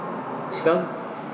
spell